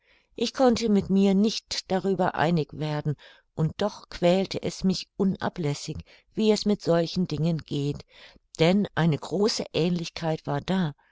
ich konnte mit mir nicht darüber einig werden und doch quälte es mich unablässig wie es mit solchen dingen geht denn eine große aehnlichkeit war da